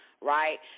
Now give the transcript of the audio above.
right